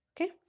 okay